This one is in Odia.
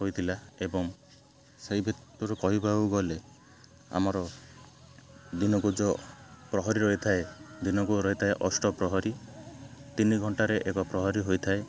ହୋଇଥିଲା ଏବଂ ସେଇ ଭିତରୁ କହିବାକୁ ଗଲେ ଆମର ଦିନକୁ ଯେଉଁ ପ୍ରହରୀ ରହିଥାଏ ଦିନକୁ ରହିଥାଏ ଅଷ୍ଟପ୍ରହରୀ ତିନି ଘଣ୍ଟାରେ ଏକ ପ୍ରହରୀ ହୋଇଥାଏ